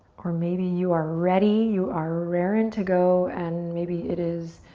or maybe you are ready, you are raring to go, and maybe it is